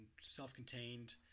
self-contained